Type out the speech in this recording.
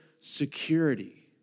security